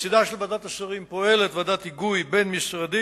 לצדה של ועדת השרים פועלת ועדת היגוי בין-משרדית,